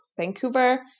Vancouver